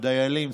דיילים,